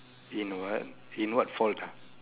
in what in what fault ah